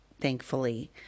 thankfully